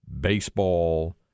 baseball